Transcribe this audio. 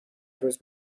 روز